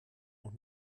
noch